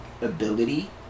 ability